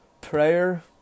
prayer